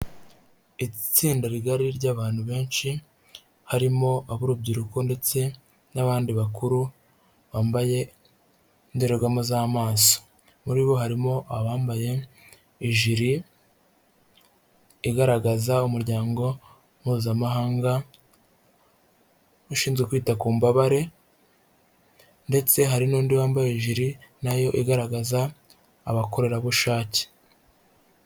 Itsinda rigari ry'abantu benshi harimo ab'urubyiruko ndetse n'abandi bakuru bambaye indorerwamo z'amaso, muri bo harimo abambaye ijili igaragaza umuryango mpuzamahanga ushinzwe kwita ku mbabare ndetse hari n'undi wambaye jiri nayo igaragaza abakorerabushake.